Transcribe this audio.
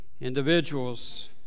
individuals